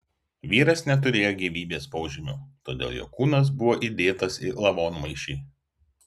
vyras neturėjo gyvybės požymių todėl jo kūnas buvo įdėtas į lavonmaišį